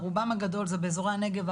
ורובם הגדול הם באזורי הנגב,